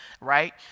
right